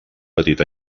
petit